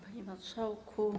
Panie Marszałku!